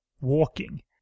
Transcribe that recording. walking